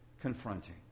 Confronting